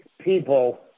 people